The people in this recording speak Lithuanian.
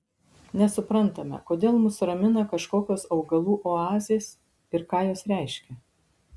nesuprantame kodėl mus ramina kažkokios augalų oazės ir ką jos reiškia